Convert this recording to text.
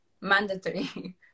mandatory